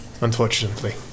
unfortunately